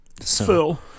Phil